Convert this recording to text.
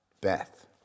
Beth